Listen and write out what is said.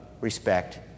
respect